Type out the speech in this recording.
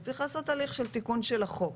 אז צריך לעשות הליך של תיקון של החוק,